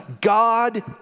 God